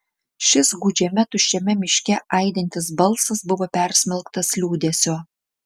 šis gūdžiame tuščiame miške aidintis balsas buvo persmelktas liūdesio